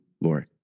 Lord